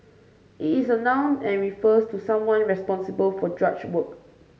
it is a noun and refers to someone responsible for drudge work